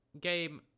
game